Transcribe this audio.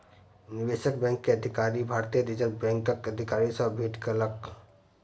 निवेशक बैंक के अधिकारी, भारतीय रिज़र्व बैंकक अधिकारी सॅ भेट केलक